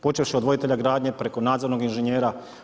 Počevši od voditelja gradnje preko nadzornog inženjera.